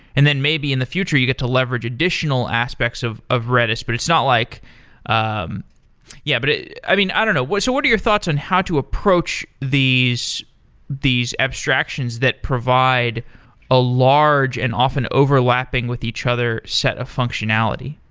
and then maybe in the future you get to leverage additional aspects of of redis, but it's not like um yeah but ah i don't know. what so what are your thoughts on how to approach these these abstractions that provide a large and often overlapping with each other set of functionality?